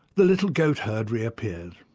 the little goat herd reappeared.